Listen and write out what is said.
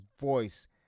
voice